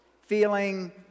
feeling